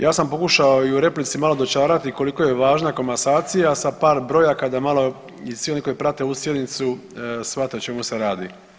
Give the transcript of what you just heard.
Ja sam pokušao i u replici malo dočarati koliko je važna komasacija sa par brojaka da malo i svi oni koji prate ovu sjednicu shvate o čemu se radi.